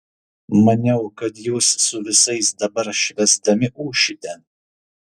maniau kad jūs su visais dabar švęsdami ūšite